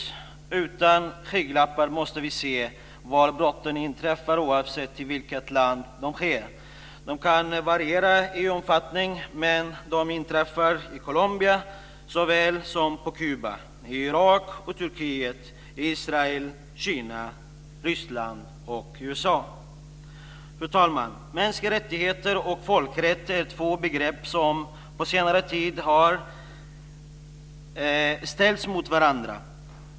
Vi måste utan skygglappar se var brotten inträffar, oavsett i vilket land de sker. De kan variera i omfattning, och de inträffar i Colombia såväl som på Kuba, i Irak, i Turkiet, i Israel, i Kina, i Ryssland och i USA. Fru talman! Mänskliga rättigheter och folkrätt är två begrepp som på senare tid har ställts mot varandra.